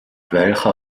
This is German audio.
welcher